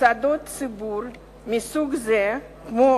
מוסדות ציבור מסוג זה, כמו